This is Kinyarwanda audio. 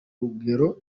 rugero